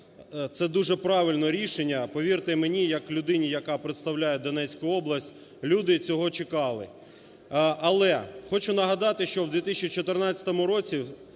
Це дуже правильне рішення, повірте мені як людині, яка представляє Донецьку область. Люди цього чекали. Але хочу нагадати, що в 2014 році